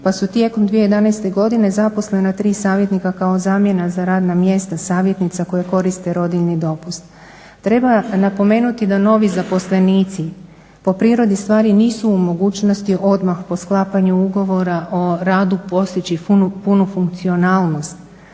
pa su tijekom 2011. godine zaposlena 3 savjetnika kao zamjena za radna mjesta savjetnica koje koriste rodiljni dopust. Treba napomenuti da novi zaposlenici po prirodi stvari nisu u mogućnosti odmah po sklapanju ugovora o radu postići punu funkcionalnost.